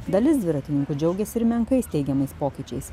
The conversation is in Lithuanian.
dalis dviratininkų džiaugiasi ir menkais teigiamais pokyčiais